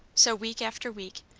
so, week after week,